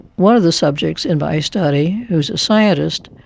one of the subjects in my study was a scientist